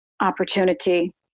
opportunity